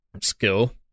skill